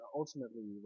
ultimately